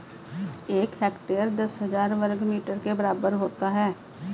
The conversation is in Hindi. एक हेक्टेयर दस हजार वर्ग मीटर के बराबर होता है